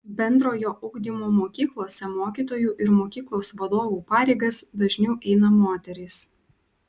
bendrojo ugdymo mokyklose mokytojų ir mokyklos vadovų pareigas dažniau eina moterys